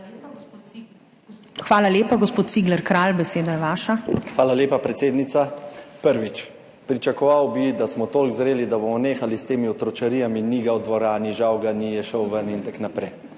Hvala lepa. Gospod Cigler Kralj, beseda je vaša. JANEZ CIGLER KRALJ (PS NSi): Hvala lepa, predsednica. Prvič, pričakoval bi, da smo toliko zreli, da bomo nehali s temi otročarijami, ni ga v dvorani, žal ga ni, je šel ven in tako naprej.